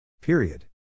Period